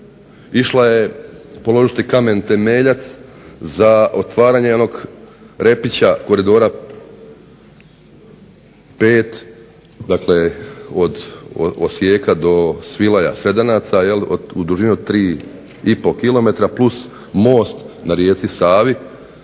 Išla je položiti kamen temeljac za otvaranje onog repića koridora VC, dakle od Osijeka do Svilaja-Sredanaca jel' u dužinu 3,5 km plus most na rijeci Savi